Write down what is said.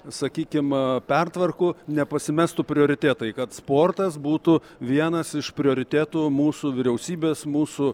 sakykim pertvarkų nepasimestų prioritetai kad sportas būtų vienas iš prioritetų mūsų vyriausybės mūsų